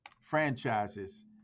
franchises